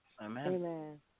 Amen